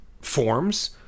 forms